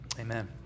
Amen